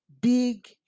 big